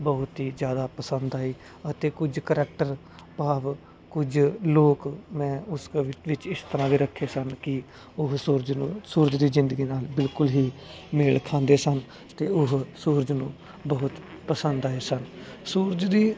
ਬਹੁਤ ਹੀ ਜਿਆਦਾ ਪਸੰਦ ਆਈ ਅਤੇ ਕੁਝ ਕਰੈਕਟਰ ਭਾਵ ਕੁਝ ਲੋਕ ਮੈਂ ਉਸ ਕਵਿਤ ਵਿੱਚ ਇਸ ਤਰ੍ਹਾਂ ਦੇ ਰੱਖੇ ਸਨ ਕੀ ਉਹ ਸੂਰਜ ਨੂੰ ਸੂਰਜ ਦੀ ਜ਼ਿੰਦਗੀ ਨਾਲ ਬਿਲਕੁਲ ਹੀ ਮੇਲ ਖਾਂਦੇ ਸਨ ਤੇ ਉਹ ਸੂਰਜ ਨੂੰ ਬਹੁਤ ਪਸੰਦ ਆਏ ਸਨ ਸੂਰਜ ਦੀ